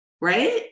Right